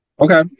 Okay